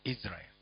Israel